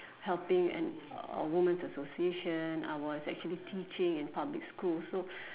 helping an a women association I was actually teaching in public schools so